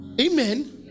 Amen